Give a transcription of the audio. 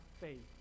faith